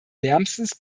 wärmstens